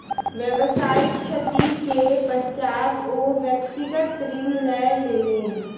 व्यावसायिक क्षति के पश्चात ओ व्यक्तिगत ऋण लय लेलैन